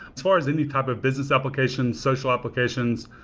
as far as any type of business applications, social applications,